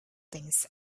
things